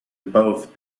both